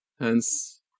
Hence